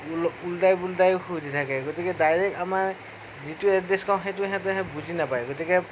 ওলোটাই পোলোটাই সুধি থাকে গতিকে ডাইৰেক্ট আমাৰ যিটো এড্ৰেছ কওঁ সেইটো সেহঁতে বুজি নাপায় গতিকে